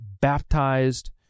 baptized